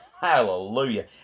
Hallelujah